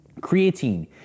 Creatine